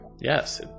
Yes